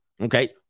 okay